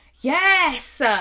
Yes